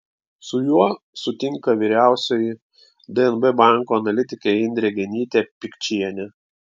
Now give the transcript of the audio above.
su juo sutinka vyriausioji dnb banko analitikė indrė genytė pikčienė